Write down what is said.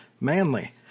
Manly